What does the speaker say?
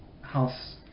house